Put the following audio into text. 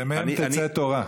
שמהם תצא תורה.